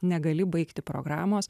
negali baigti programos